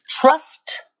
trust